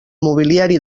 mobiliari